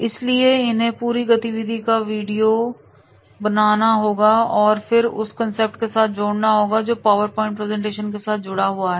इसलिए इन्हें पूरी गतिविधि का वीडियो बनाना होगा और फिर उस कंसेप्ट के साथ जोड़ना होगा जो पावर पॉइंट प्रेजेंटेशन के साथ जुड़ा हुआ है